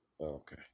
Okay